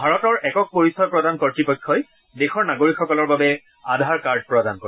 ভাৰতৰ একক পৰিচয় প্ৰদান কৰ্তপক্ষই দেশৰ নাগৰিকসকলৰ বাবে আধাৰ কাৰ্ড প্ৰদান কৰে